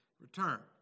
return